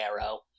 arrow